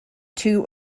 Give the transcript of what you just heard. two